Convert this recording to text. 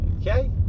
Okay